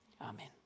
Amen